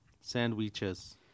Sandwiches